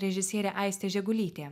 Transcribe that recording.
režisierė aistė žegulytė